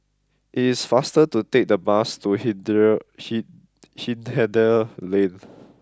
it is faster to take the bus to Hindhede Lane